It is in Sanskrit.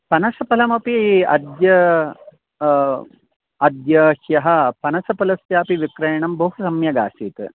पनसफलमपि अद्य अ अद्य ह्य पनसफलस्यापि विक्रयणं बहु सम्यक् आसीत्